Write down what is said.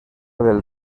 del